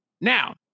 Now